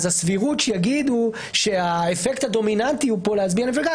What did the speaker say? הסבירות שיגידו שהאפקט הדומיננטי פה הוא להצביע למפלגה,